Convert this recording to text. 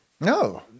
No